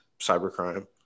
cybercrime